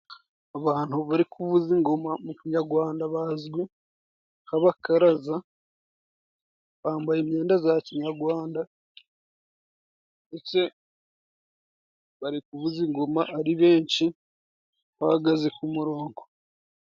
Abantu bari kuvuza ingoma mu kinyagwanda bazwi nk'abakaraza, bambaye imyenda za kinyagwanda ndetse bari kuvuza ingoma ari benshi bahagaze ku murongo.